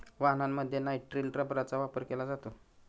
वाहनांमध्ये नायट्रिल रबरचा वापर केला जातो